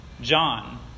John